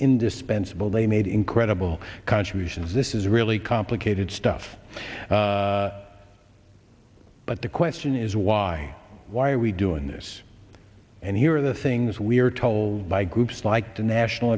indispensable they made incredible contributions this is really complicated stuff but the question is why why are we doing this and here are the things we are told by groups like the national